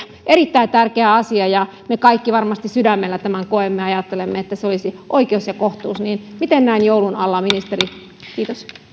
erittäin tärkeä asia ja kun me kaikki varmasti sydämellä tämän koemme ja ajattelemme että se olisi oikeus ja kohtuus niin miten näin joulun alla ministeri kiitos